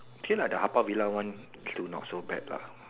okay lah the haw-par villa one still not so bad lah